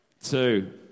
Two